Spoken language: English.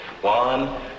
One